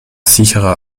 sicherer